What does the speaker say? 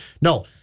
No